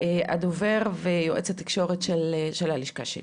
הדובר ויועץ התקשורת של הלשכה שלי,